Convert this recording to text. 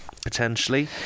potentially